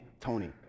Tony